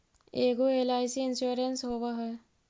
ऐगो LIC insurance होव है?